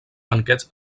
banquets